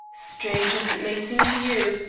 strange as it may seem to you,